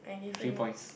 three points